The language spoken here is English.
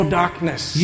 darkness